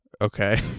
Okay